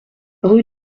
rue